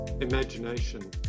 imagination